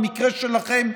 במקרה שלכם,